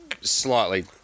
slightly